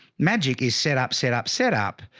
magic is set up, set up, set up.